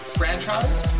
franchise